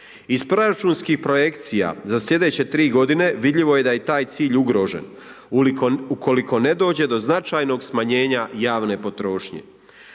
Iz proračunskih projekcija za sljedeće tri godine vidljivo je da je taj cilj ugrožen ukoliko ne dođe do značajnog smanjenja javne potrošnje.